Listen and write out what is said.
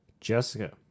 jessica